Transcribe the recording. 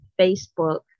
Facebook